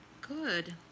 good